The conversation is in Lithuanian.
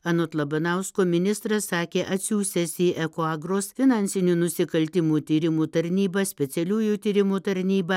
anot labanausko ministras sakė atsiųsiantis į ekoagros finansinių nusikaltimų tyrimų tarnybą specialiųjų tyrimų tarnybą